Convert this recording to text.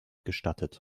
gestattet